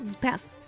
Pass